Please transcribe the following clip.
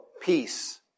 peace